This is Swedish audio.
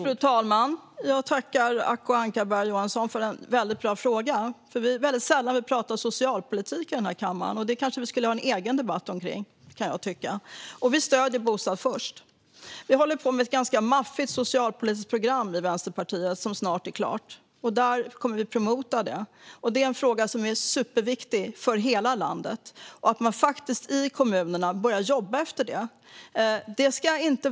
Fru talman! Jag tackar Acko Ankarberg Johansson för en väldigt bra fråga. Vi talar sällan om socialpolitik här i kammaren. Det skulle vi kanske ha en egen debatt om. Vi stöder Bostad först. Vänsterpartiet håller på med ett ganska maffigt socialpolitiskt program, som snart är klart. Där kommer vi att promota detta. Det är en fråga som är superviktig för hela landet. Det är viktigt att kommunerna börjar jobba utifrån detta.